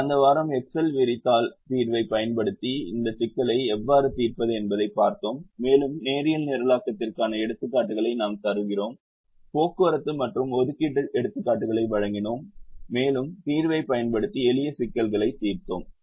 கடந்த வாரம் எக்செல் விரிதாள் தீர்வைப் பயன்படுத்தி இந்த சிக்கலை எவ்வாறு தீர்ப்பது என்பதைப் பார்த்தோம் மேலும் நேரியல் நிரலாக்கத்திற்கான எடுத்துக்காட்டுகளை நாம் தருகிறோம் போக்குவரத்து மற்றும் ஒதுக்கீட்டில் எடுத்துக்காட்டுகளை வழங்கினோம் மேலும் தீர்வைப் பயன்படுத்தி எளிய சிக்கல்களைத் தீர்த்தோம்